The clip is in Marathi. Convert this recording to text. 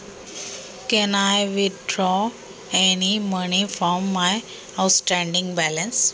माझ्या शिल्लक बॅलन्स मधून मी काही पैसे काढू शकतो का?